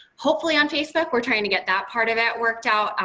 hopefully, on facebook. we're trying to get that part of it worked out.